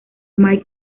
mike